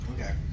Okay